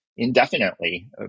indefinitely